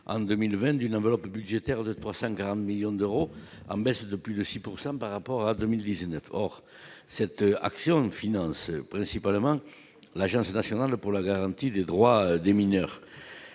en 2020, d'une enveloppe budgétaire de 300 grammes millions d'euros, en baisse de plus de 6 pourcent par rapport à 2019, or cette action finance principalement l'Agence nationale pour la garantie des droits des mineurs,